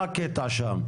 מה הקטע שם?